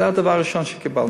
זה הדבר הראשון שקיבלתי.